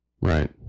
right